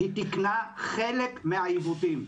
היא תיקנה חלק מהעיוותים.